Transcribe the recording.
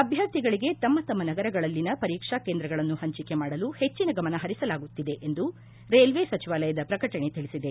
ಅಭ್ಯರ್ಥಿಗಳಿಗೆ ತಮ್ಮತಮ್ಮ ನಗರಗಳಲ್ಲಿನ ಪರೀಕ್ಷಾ ಕೇಂದ್ರಗಳನ್ನು ಹಂಚಿಕೆ ಮಾಡಲು ಹೆಚ್ಚಿನ ಗಮನ ಹರಿಸಲಾಗುತ್ತಿದೆ ಎಂದು ರೈಲ್ವೆ ಸಚಿವಾಲಯದ ಪ್ರಕಟಣೆ ತಿಳಿಸಿದೆ